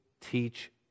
teach